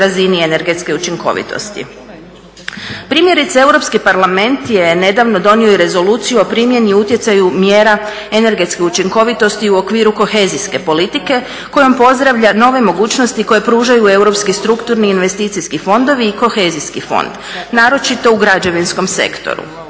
razini energetske učinkovitosti. Primjerice Europski parlament je nedavno donio je i Rezoluciju o primjeni i utjecaju mjera energetske učinkovitosti u okviru kohezijske politike kojom pozdravlja nove mogućnosti koje pružaju europski strukturni i investicijski fondovi i kohezijski fond naročito u građevinskom sektoru.